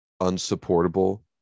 unsupportable